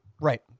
right